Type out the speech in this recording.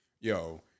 Yo